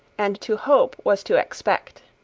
and to hope was to expect.